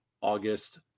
August